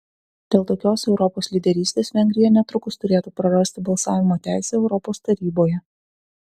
dėl tokios europos lyderystės vengrija netrukus turėtų prarasti balsavimo teisę europos taryboje